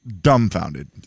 dumbfounded